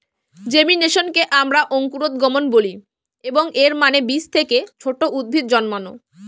জেমিনেশনকে আমরা অঙ্কুরোদ্গম বলি, এবং এর মানে বীজ থেকে ছোট উদ্ভিদ জন্মানো